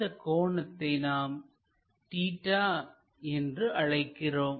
இந்தச் கோணத்தை நாம் தீட்டா என்று அழைக்கிறோம்